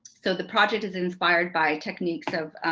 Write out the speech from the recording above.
so the project is inspired by techniques of